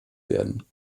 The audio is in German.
werden